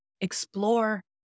Explore